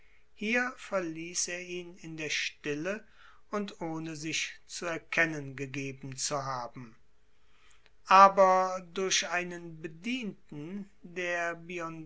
hier verließ er ihn in der stille und ohne sich zu erkennen gegeben zu haben aber durch einen bedienten der